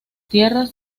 tierras